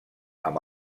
amb